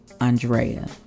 Andrea